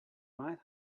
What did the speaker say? might